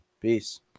peace